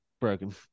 broken